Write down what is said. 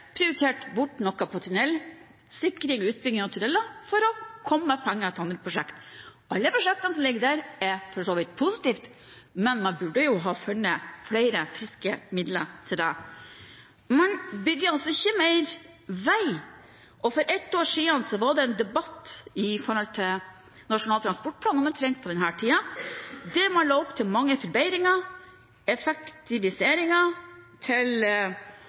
prioritert bort noe på tunnelsikring og utbygging av tunneler for å komme med penger til andre prosjekter. Alle prosjektene som ligger der, er for så vidt positive, men man burde ha funnet flere friske midler til det. Man bygger altså ikke mer vei. For ett år siden, omtrent på denne tiden, var det en debatt om Nasjonal transportplan der man la opp til mange forbedringer og effektiviseringer og til